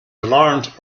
alarmed